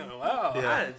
wow